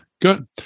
Good